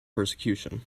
persecution